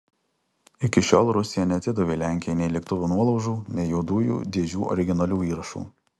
iki šiol rusija neatidavė lenkijai nei lėktuvo nuolaužų nei juodųjų dėžių originalių įrašų